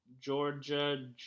Georgia